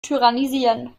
tyrannisieren